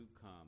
come